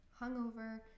hungover